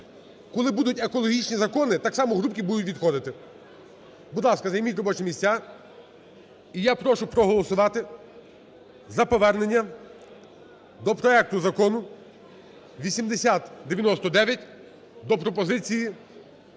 Коли будуть екологічні закони, так само групки будуть відходити. Будь ласка, займіть робочі місця. І я прошу проголосувати за повернення до проекту Закону 8099 по пропозиції